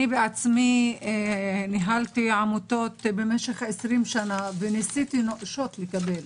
אני בעצמי ניהלתי עמותות במשך עשרים שנה וניסיתי נואשות לקבל